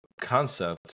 concept